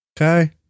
okay